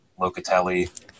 Locatelli